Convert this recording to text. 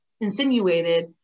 insinuated